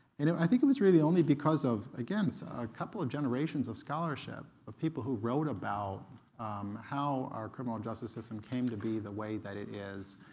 and i think it was really only because of, again, a couple of generations of scholarship, of people who wrote about how our criminal justice system came to be the way that it is,